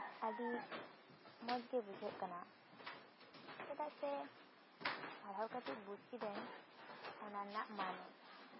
ᱟᱹᱰᱤ ᱢᱚᱡᱽᱜᱮ ᱵᱩᱡᱷᱟᱹᱜ ᱠᱟᱱᱟ ᱪᱮᱫᱟᱜ ᱥᱮ ᱯᱟᱲᱦᱟᱣ ᱠᱟᱛᱮᱜ ᱵᱩᱡᱽ ᱠᱤᱫᱟᱹᱧ ᱚᱱᱟ ᱨᱮᱱᱟᱜ ᱢᱟᱱᱮ